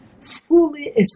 fully